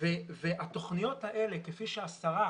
והתוכניות האלה, כפי שהשרה